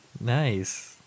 Nice